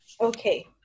Okay